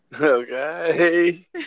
Okay